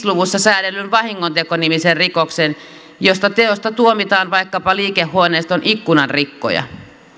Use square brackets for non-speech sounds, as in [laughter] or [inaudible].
[unintelligible] luvussa säädellyn vahingonteko nimisen rikoksen josta teosta tuomitaan vaikkapa liikehuoneiston ikkunan rikkoja